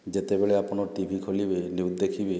ଯେତେବେଳେ ଆପଣ ଟିଭି ଖୋଲିବେ ନ୍ୟୁଜ୍ ଦେଖିବେ